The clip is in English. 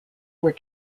were